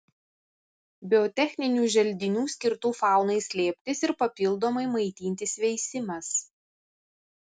biotechninių želdinių skirtų faunai slėptis ir papildomai maitintis veisimas